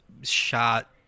shot